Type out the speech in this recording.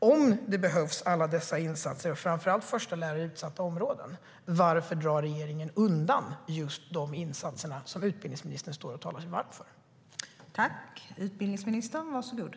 Om alla dessa insatser behövs, framför allt förstelärare i utsatta områden, varför drar regeringen undan just de insatser som utbildningsministern står och talar sig varm för?